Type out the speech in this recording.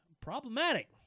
problematic